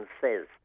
says